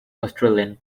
australian